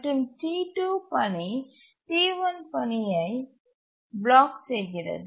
மற்றும் T2 பணி T1 பணியை பிளாக் செய்கிறது